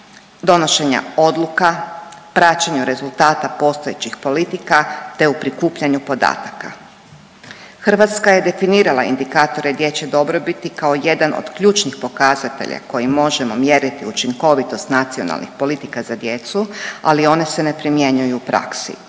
donošenja odluka, praćenja rezultata postojećih politika, te u prikupljanju podataka. Hrvatska je definirala indikatore dječje dobrobiti kao jedan od ključnih pokazatelja kojim možemo mjeriti učinkovitost nacionalnih politika za djecu, ali one se ne primjenjuju u praksi